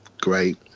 great